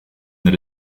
that